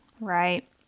Right